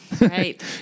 Right